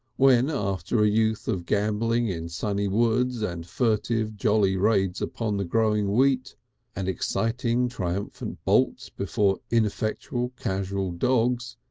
when after a youth of gambolling in sunny woods and furtive jolly raids upon the growing wheat and exciting triumphant bolts before ineffectual casual dogs,